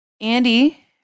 Andy